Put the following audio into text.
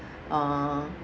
uh